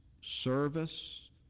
service